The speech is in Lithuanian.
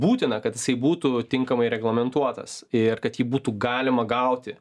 būtina kad jisai būtų tinkamai reglamentuotas ir kad jį būtų galima gauti